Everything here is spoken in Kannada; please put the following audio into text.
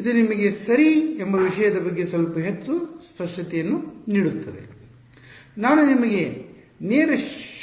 ಇದು ನಿಮಗೆ ಸರಿ ಎಂಬ ವಿಷಯದ ಬಗ್ಗೆ ಸ್ವಲ್ಪ ಹೆಚ್ಚು ಸ್ಪಷ್ಟತೆಯನ್ನು ನೀಡುತ್ತದೆ ನಾನು ನಿಮಗೆ ನೇರ